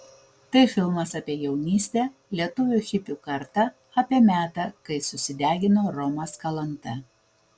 tai filmas apie jaunystę lietuvių hipių kartą apie metą kai susidegino romas kalanta